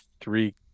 three